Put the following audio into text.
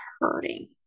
hurting